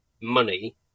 money